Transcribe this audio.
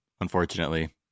unfortunately